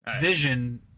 Vision